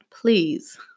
please